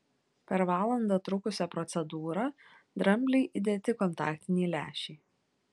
per valandą trukusią procedūrą dramblei įdėti kontaktiniai lęšiai